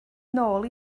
nôl